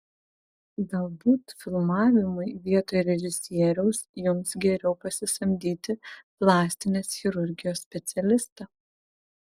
galbūt filmavimui vietoj režisieriaus jums geriau pasisamdyti plastinės chirurgijos specialistą